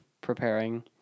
preparing